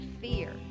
fear